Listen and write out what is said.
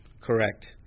Correct